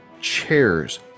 chairs